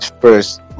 first